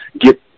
get